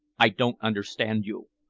i don't understand you.